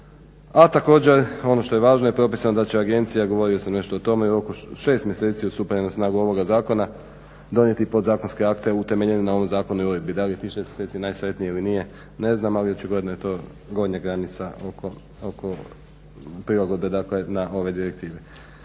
a također ono što je važno je propisano da će agencija, a govorio sam nešto o tome, u roku 6 mjeseci od stupanja na snagu ovoga zakona donijeti podzakonske akte utemeljene na ovom zakonu i uredbi. Da li je tih 6 mjeseci najsretnije ili nije ne znam, ali očigledno je to gornja granica oko prilagodbe na ove direktive.